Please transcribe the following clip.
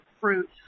fruit